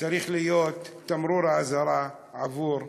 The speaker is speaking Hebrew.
צריך להיות תמרור אזהרה עבור כולכם.